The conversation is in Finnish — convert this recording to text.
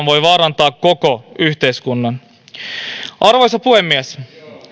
voi kasvaessaan vaarantaa koko yhteiskunnan arvoisa puhemies